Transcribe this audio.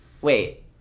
Wait